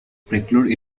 preclude